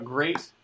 Great